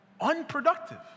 unproductive